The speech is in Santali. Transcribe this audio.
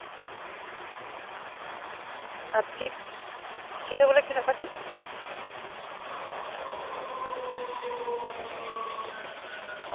ᱟᱨ ᱯᱷᱤ ᱯᱷᱤ ᱫᱚ ᱵᱚᱞᱮ ᱛᱤᱱᱟᱹᱜ ᱠᱟᱛᱮ